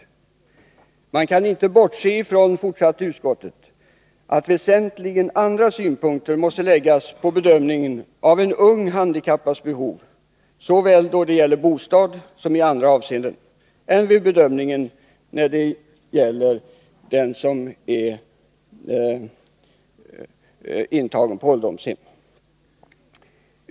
Utskottet sade vidare att man inte kan bortse från att andra väsentliga synpunkter måste tas med vid bedömningen av en ung handikappads behov, såväl då det gäller bostad som i andra avseenden, än vid bedömningen när det gäller den som är intagen på ålderdomshem.